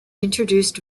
introduced